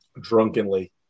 drunkenly